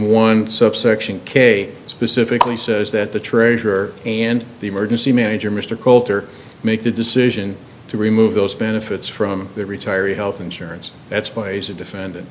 one subsection k specifically says that the treasurer and the emergency manager mr colter make the decision to remove those benefits from their retirees health insurance that's a place of defendant